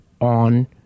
on